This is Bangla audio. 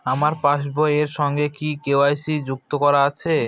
আমার পাসবই এর সঙ্গে কি কে.ওয়াই.সি যুক্ত করা আছে?